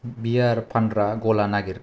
बियार फानग्रा गला नागिर